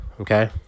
okay